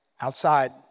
outside